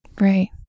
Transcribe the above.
Right